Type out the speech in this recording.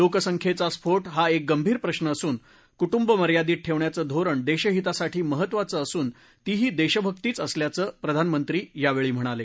लोकसंख्येचा स्फोट हा एक गंभीर प्रश्न असून कुटुंब मर्यादित ठेवण्याचे धोरण देशहितासाठी महत्त्वाचे योगदानअसून तीही देशभक्तीच असल्याचं प्रधानमंत्री यावेळी म्हणाले